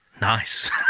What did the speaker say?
Nice